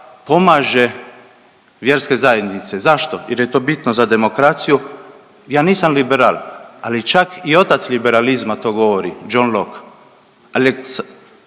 pomaže vjerske zajednice. Zašto? Jer je to bitno za demokraciju. Ja nisam liberal, ali čak i otac liberalizma to govori John Lock, Tok Wil.